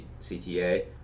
CTA